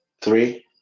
Three